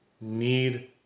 need